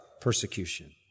persecution